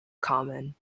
common